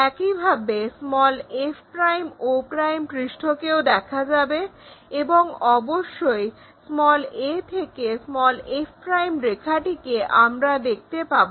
একইভাবে fo পৃষ্ঠটিকেও দেখা যাবে এবং অবশ্যই a থেকে f রেখাটিকে আমরা দেখতে পাবো